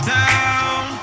down